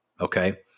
Okay